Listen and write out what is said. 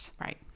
right